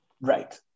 right